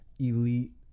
elite